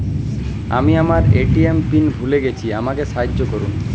আমি আমার ATM pin ভুলে গেছি আমাকে সাহায্য করুন